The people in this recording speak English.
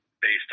based